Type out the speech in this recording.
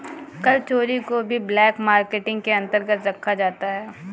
कर चोरी को भी ब्लैक मार्केटिंग के अंतर्गत रखा जाता है